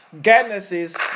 Genesis